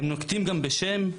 הם נוקטים גם בשם.